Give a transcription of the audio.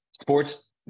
sports